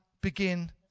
begin